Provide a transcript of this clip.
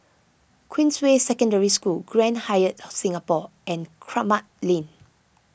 Queensway Secondary School Grand Hyatt Singapore and Kramat Lane